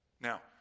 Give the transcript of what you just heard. Now